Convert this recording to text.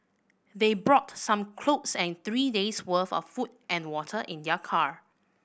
they brought some clothes and three days' worth of food and water in their car